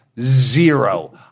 zero